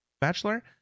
bachelor